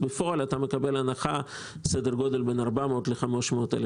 בפועל אתה מקבל הנחה בסדר גודל של בין 400,000 ל-500,000